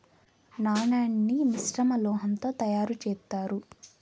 నాణాన్ని మిశ్రమ లోహం తో తయారు చేత్తారు